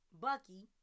Bucky